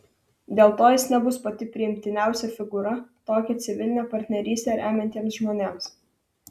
dėl to jis nebus pati priimtiniausia figūra tokią civilinę partnerystę remiantiems žmonėms